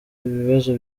ibibazo